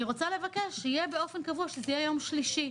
אני רוצה לבקש שיהיה באופן קבוע שזה יהיה יום שלישי,